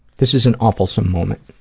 this is an awful-some moment,